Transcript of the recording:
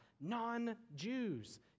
non-Jews